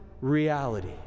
reality